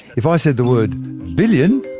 if i said the word billion,